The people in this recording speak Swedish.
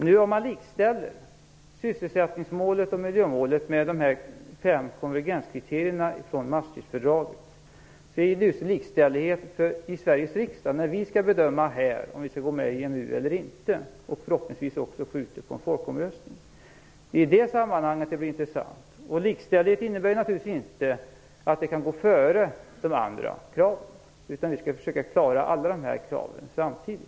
Att likställa sysselsättningsmålet och miljömålet med de fem konvergenskriterierna från Maastrichtfördraget blir intressant först i det sammanhanget när Sveriges riksdag skall bedöma om vi skall gå med i EMU eller inte, och förhoppningsvis också få fram en folkomröstning om det. Likställdhet innebär naturligtvis inte att miljömålet kan gå före de andra kraven, utan vi skall försöka klara alla de här kraven samtidigt.